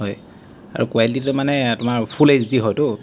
হয় আৰু কুৱালিটিটো মানে আমাৰ ফুল এইছ ডি হয়তো